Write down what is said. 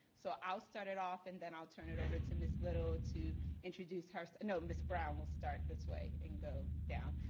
so i'll start it off and then i'll turn it over to ms. little to introduce herself. no, ms. brown, we'll start this way and go down,